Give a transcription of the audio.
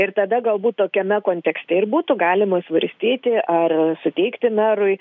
ir tada galbūt tokiame kontekste ir būtų galima svarstyti ar suteikti merui